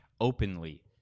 Openly